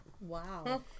Wow